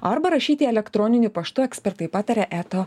arba rašyti elektroniniu paštu ekspertai pataria eto